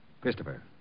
Christopher